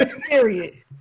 Period